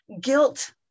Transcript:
guilt